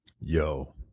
Yo